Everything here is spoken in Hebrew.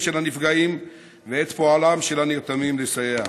של הנפגעים ואת פועלם של הנרתמים לסייע.